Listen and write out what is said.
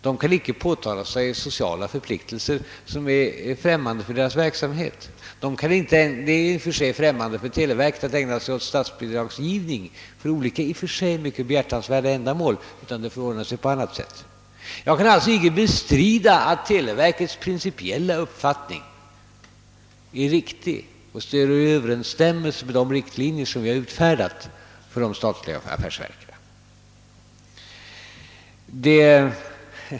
De kan inte påta sig sociala förpliktelser som är främmande för deras verksamhet. Det är i och för sig främmande för televerket att ägna sig åt bidragsgivning för aldrig så behjärtansvärda ändamål. Jag kan därför inte bestrida att televerkets principiella uppfattning är riktig och står i överensstämmelse med de riktlinjer som vi har dragit upp för de statliga affärsdrivande verken.